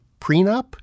prenup